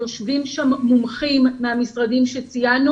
יושבים שם מומחים מהמשרדים שציינו